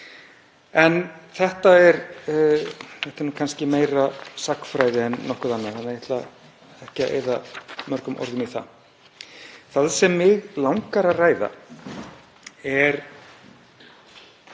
En þetta er kannski meira sagnfræði en nokkuð annað og ég ætla ekki að eyða mörgum orðum í það. Það sem mig langar að ræða er